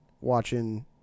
watching